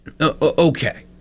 okay